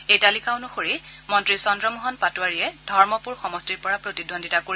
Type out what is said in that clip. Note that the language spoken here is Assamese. এই তালিকা অনুসৰি মন্ত্ৰী চন্দ্ৰমোহন পাটোৱাৰীয়ে ধৰ্মপূৰ সমষ্টিৰ পৰা প্ৰতিদ্বন্দ্বিতা কৰিব